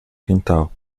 quintal